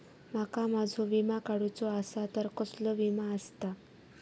माका माझो विमा काडुचो असा तर कसलो विमा आस्ता?